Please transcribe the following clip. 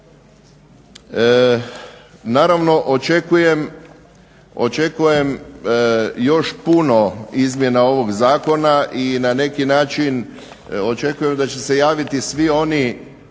Naravno, očekujem još puno izmjena ovog zakona i na neki način očekujem da će se javiti svi oni